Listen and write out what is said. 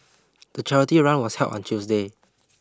the charity run was held on Tuesday